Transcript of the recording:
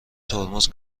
ترمز